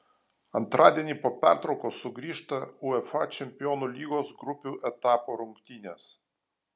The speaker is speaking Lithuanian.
antradienį po pertraukos sugrįžta uefa čempionų lygos grupių etapo rungtynės